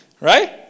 right